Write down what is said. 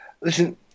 listen